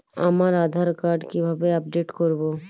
আমার আধার কার্ড কিভাবে আপডেট করব?